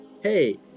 Hey